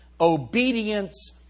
obedience